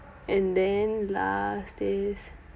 and then last is